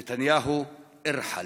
נתניהו, אירחל,